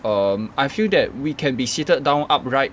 um I feel that we can be seated down upright